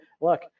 look